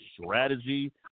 strategy